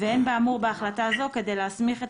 ואין באמור בהחלטה זו כדי להסמיך את